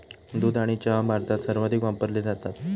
दूध आणि चहा भारतात सर्वाधिक वापरले जातात